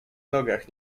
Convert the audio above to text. nogach